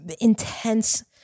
intense